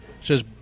says